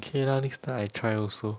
K lah next time I try also